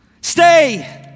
Stay